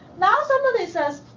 now somebody says,